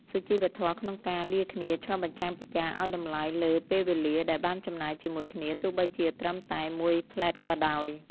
សុជីវធម៌ក្នុងការលាគ្នាឆ្លុះបញ្ចាំងពីការឱ្យតម្លៃលើពេលវេលាដែលបានចំណាយជាមួយគ្នាទោះបីជាត្រឹមតែមួយភ្លែតក៏ដោយ។